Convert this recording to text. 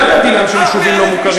אתה יודע מה דינם של יישובים לא מוכרים.